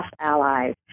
allies